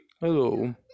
hello